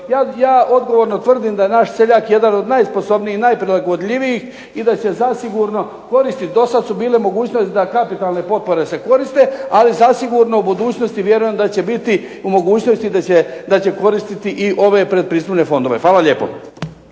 Ja odgovorno tvrdim da je naš seljak jedan od najsposobnijih i najprilagodljivijih i da će zasigurno koristi, do sad su bile mogućnosti da kapitalne potpore se koriste. Ali zasigurno u budućnosti vjerujem da će biti u mogućnosti da će koristiti i ove pretpristupne fondove. Hvala lijepo.